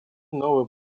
новый